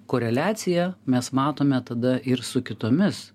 koreliaciją mes matome tada ir su kitomis